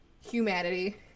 humanity